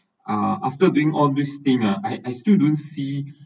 uh after doing all this thing ah I I still don't see